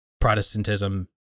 Protestantism